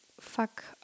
fuck